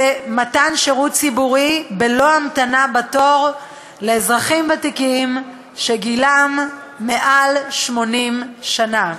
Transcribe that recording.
זה מתן שירות ציבורי בלא המתנה בתור לאזרחים ותיקים שגילם מעל 80 שנה.